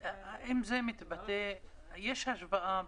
יש השוואה